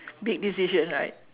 big decision right